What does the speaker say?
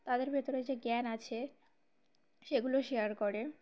তাদের ভেতরে যে জ্ঞান আছে সেগুলো শেয়ার করে